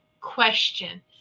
question